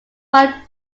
what